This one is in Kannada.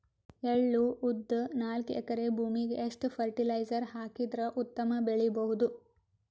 ಎಳ್ಳು, ಉದ್ದ ನಾಲ್ಕಎಕರೆ ಭೂಮಿಗ ಎಷ್ಟ ಫರಟಿಲೈಜರ ಹಾಕಿದರ ಉತ್ತಮ ಬೆಳಿ ಬಹುದು?